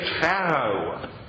Pharaoh